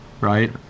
right